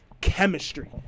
chemistry